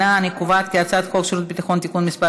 ההצעה להעביר את הצעת חוק שירות ביטחון (תיקון מס'